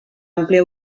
àmplia